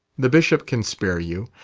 the bishop can spare you.